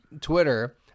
Twitter